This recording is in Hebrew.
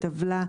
בטבלה,